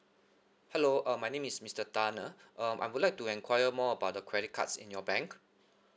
hello uh my name is mister tan ah um I would like to enquire more about the credit cards in your bank